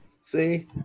See